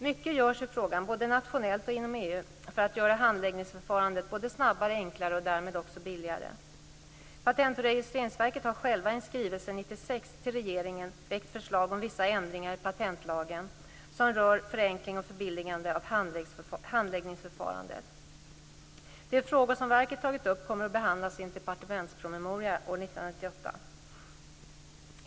Mycket görs i frågan, både nationellt och inom EU, för att göra handläggningsförfarandet både snabbare och enklare och därmed också billigare. Patent och registreringsverket har självt i en skrivelse till regeringen 1996 väckt förslag om vissa ändringar i patentlagen som rör förenkling och förbilligande av handläggningsförfarandet. De frågor som verket tagit upp kommer att behandlas i en departementspromemoria under 1998.